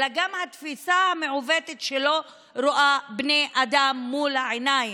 אלא זו גם התפיסה המעוותת שלא רואה בני אדם מול העיניים.